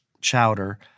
Chowder